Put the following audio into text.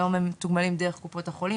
היום הם מתוגמלים דרך קופות החולים